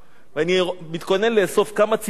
ואני מתכונן לאסוף כמה ציטוטים,